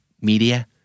media